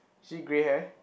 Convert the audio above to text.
she grey hair